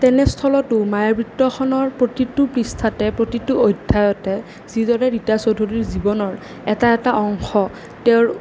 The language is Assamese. তেনেস্থলতো মায়াবৃত্তখনৰ প্ৰতিটো পৃষ্ঠাতে প্ৰতিটো অধ্যায়তে যিদৰে ৰীতা চৌধুৰীৰ জীৱনৰ এটা এটা অংশ তেওঁৰ